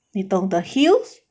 你懂 the heels